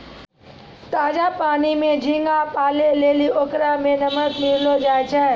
ताजा पानी में झींगा पालै लेली ओकरा में नमक मिलैलोॅ जाय छै